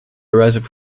arising